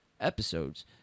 episodes